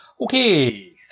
Okay